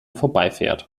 vorbeifährt